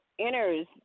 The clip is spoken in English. enters